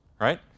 right